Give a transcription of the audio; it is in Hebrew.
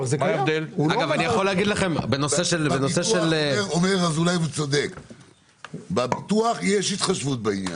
אומר אזולאי וצודק - בביטוח יש התחשבות בעניין.